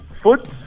foot